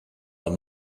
are